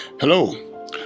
Hello